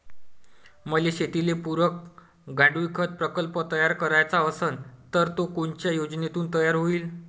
मले शेतीले पुरक गांडूळखत प्रकल्प तयार करायचा असन तर तो कोनच्या योजनेतून तयार होईन?